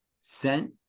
sent